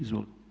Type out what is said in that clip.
Izvolite.